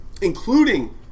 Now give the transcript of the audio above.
including